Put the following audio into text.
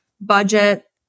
budget